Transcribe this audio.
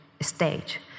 stage